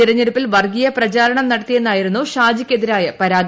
തെരഞ്ഞെടുപ്പിൽ വർഗ്ഗീയ പ്രചാരണം നടത്തിയെന്നായിരുന്നു ഷാജിക്കെതിരായ പരാതി